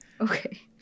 Okay